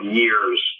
years